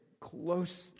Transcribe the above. close